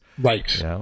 Right